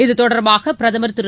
இத்தொடர்பாக பிரதமர் திரு